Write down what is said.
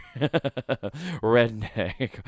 Redneck